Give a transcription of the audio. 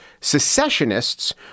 secessionists